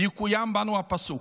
ויקוים בנו הפסוק: